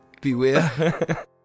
beware